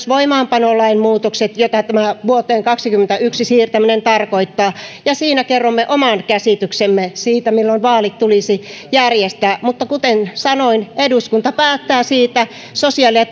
voimaanpanolain muutokset joita tämä vuoteen kaksituhattakaksikymmentäyksi siirtäminen tarkoittaa ja siinä kerromme oman käsityksemme siitä milloin vaalit tulisi järjestää mutta kuten sanoin eduskunta päättää siitä sosiaali ja